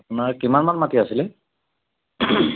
আপোনাৰ কিমানমান মাটি আছিলে